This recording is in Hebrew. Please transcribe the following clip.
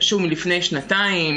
בשבט התשפ"א,